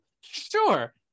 Sure